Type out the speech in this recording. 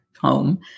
home